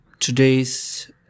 today's